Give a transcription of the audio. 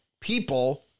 people